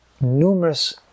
numerous